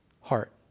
heart